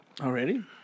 Already